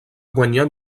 guanyar